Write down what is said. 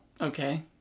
Okay